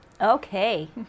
Okay